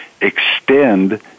extend